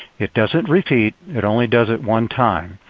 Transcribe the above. it doesn't repeat. it only does it one time.